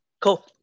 Cool